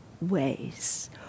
ways